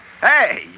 Hey